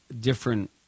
different